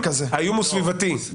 האיום הוא סביבתי.